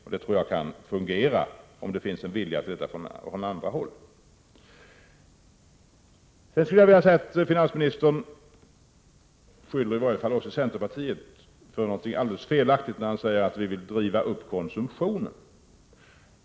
Det tror jag kan fungera, om det finns en vilja från andra håll. Finansministern beskyller i varje fall oss i centerpartiet alldeles felaktigt för att vi vill driva upp konsumtionen.